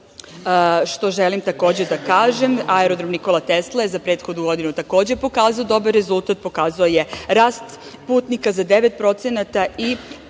što želim, takođe, da kažem, aerodrom „Nikola Tesla“ je za prethodnu godinu, takođe, pokazao dobar rezultat, pokazao je rast putnika za 9% i